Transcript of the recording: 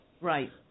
Right